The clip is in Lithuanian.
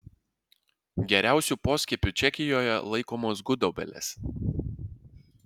geriausiu poskiepiu čekijoje laikomos gudobelės